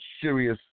serious